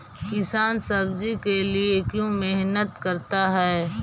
किसान सब्जी के लिए क्यों मेहनत करता है?